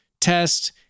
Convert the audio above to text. test